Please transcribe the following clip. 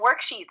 worksheets